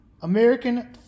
American